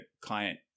client